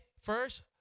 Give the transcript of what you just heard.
first